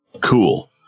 Cool